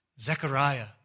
Zechariah